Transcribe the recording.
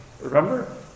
remember